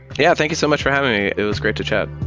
yeah, thank you so much for having me. it was great to chat.